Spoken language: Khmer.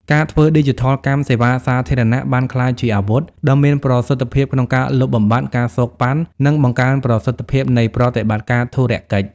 ការធ្វើឌីជីថលកម្មសេវាសាធារណៈបានក្លាយជាអាវុធដ៏មានប្រសិទ្ធភាពក្នុងការលុបបំបាត់ ការសូកប៉ាន់ និងបង្កើនប្រសិទ្ធភាពនៃប្រតិបត្តិការធុរកិច្ច។